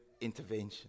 intervention